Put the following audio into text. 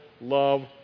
love